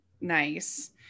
nice